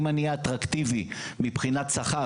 אם אני אהיה אטרקטיבי מבחינת שכר,